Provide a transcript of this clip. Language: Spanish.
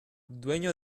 dueño